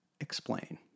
explain